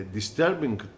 disturbing